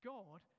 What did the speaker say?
God